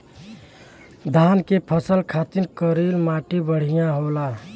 धान के फसल खातिर करील माटी बढ़िया होला